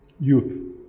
Youth